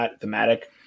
thematic